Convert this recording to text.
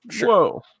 Whoa